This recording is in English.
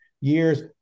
years